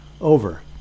over